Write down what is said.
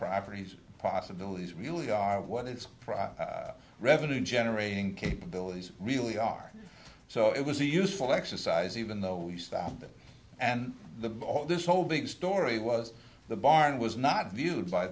properties possibilities really are what its revenue generating capabilities really are so it was a useful exercise even though we stopped it and the ball this whole big story was the barn was not viewed by